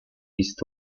east